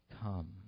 Come